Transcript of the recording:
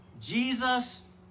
Jesus